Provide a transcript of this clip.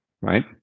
right